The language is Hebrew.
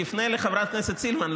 תפנה לחברת הכנסת סילמן,